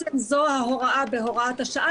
כשבעצם זו ההוראה בהוראת השעה,